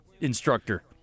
instructor